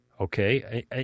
okay